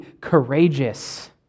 courageous